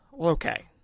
Okay